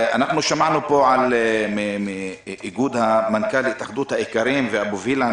שמענו פה ממנכ"ל התאחדות האיכרים ומאבו וילן